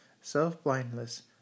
Self-blindness